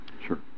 sure